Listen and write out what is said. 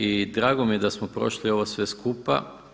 I drago mi je da smo prošli ovo sve skupa.